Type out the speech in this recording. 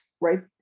right